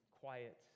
quiet